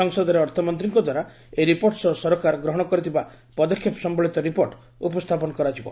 ସଂସଦରେ ଅର୍ଥମନ୍ତ୍ରୀଙ୍କ ଦ୍ୱାରା ଏହି ରିପୋର୍ଟ ସହ ସରକାର ଗ୍ରହଣ କରିଥିବା ପଦକ୍ଷେପ ସମ୍ଭଳିତ ରିପୋର୍ଟ ଉପସ୍ଥାପନ କରାଯିବ